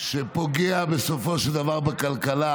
שפוגע בסופו של דבר בכלכלה,